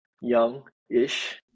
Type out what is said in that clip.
young-ish